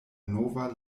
nova